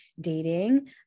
dating